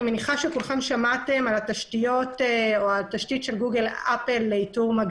אני מניחה שכולכם שמעתם על התשתיות לאיתור מגעים.